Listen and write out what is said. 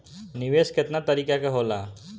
निवेस केतना तरीका के होला?